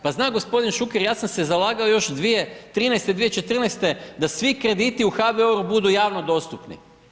Pa zna gospodin Šuker, ja sam se zalagao još 2013., 2014. da svi krediti u HBOR-u budu jasno dostupni.